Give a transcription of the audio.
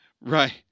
Right